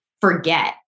forget